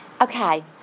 Okay